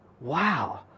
wow